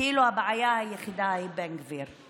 כאילו הבעיה היחידה היא בן גביר.